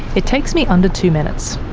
it takes me under two minutes.